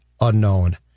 unknown